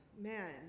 man